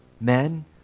men